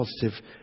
positive